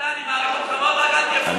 אתה, אני מעריך אותך מאוד, רק אל תהיה פופוליסט.